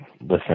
Listen